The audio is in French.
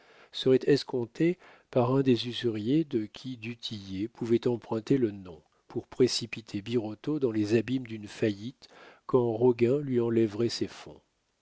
seraient escomptées par un des usuriers de qui du tillet pouvait emprunter le nom pour précipiter birotteau dans les abîmes d'une faillite quand roguin lui enlèverait ses fonds